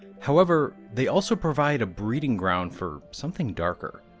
however, they also provide a breeding ground for something darker.